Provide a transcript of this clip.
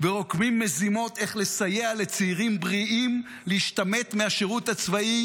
ורוקמים מזימות איך לסייע לצעירים בריאים להשתמט מהשירות הצבאי,